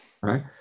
right